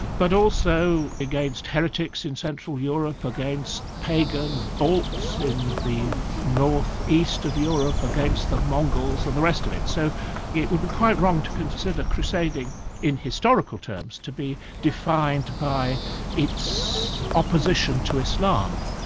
but also against heretics in central europe, against pagan balts in the north-east of europe against the mongols, and the rest of it. so it would be quite wrong to consider crusading in historical terms, to be defined by its opposition to islam.